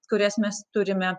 kurias mes turime